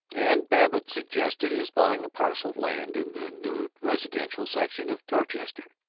and babbitt suggested his buying a parcel of land in the new residential section of dorchester,